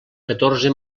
catorze